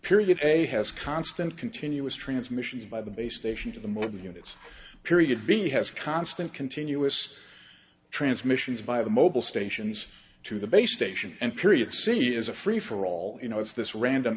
period a has constant continuous transmissions by the base station to the modem units period b has constant continuous transmissions by the mobile stations to the base station and period c is a free for all you know as this random